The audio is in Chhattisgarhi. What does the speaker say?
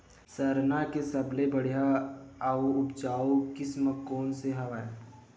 सरना के सबले बढ़िया आऊ उपजाऊ किसम कोन से हवय?